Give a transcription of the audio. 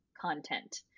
content